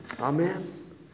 Amen